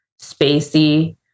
spacey